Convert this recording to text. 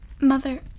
Mother